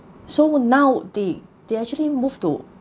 so now they they actually moved to